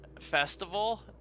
festival